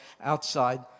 outside